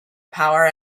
power